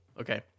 Okay